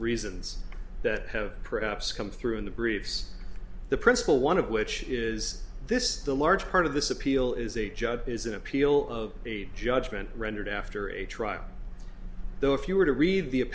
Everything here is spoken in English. reasons that have perhaps come through in the briefs the principal one of which is this the large part of this appeal is a judge is an appeal of the judgment rendered after a trial though if you were to read the